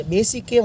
Basic